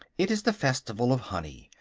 it is the festival of honey,